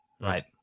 Right